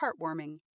heartwarming